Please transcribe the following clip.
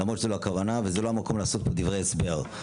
למרות שזו לא הכוונה וזה לא המקום לעשות פה דברי הסבר.